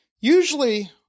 usually